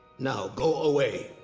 now, go away.